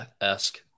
esque